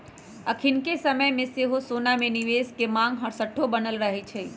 अखनिके समय में सेहो सोना में निवेश के मांग हरसठ्ठो बनल रहै छइ